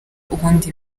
ubundi